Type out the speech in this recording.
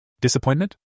Disappointment